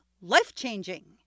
life-changing